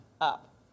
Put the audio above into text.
up